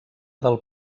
del